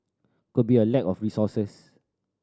could be a lack of resources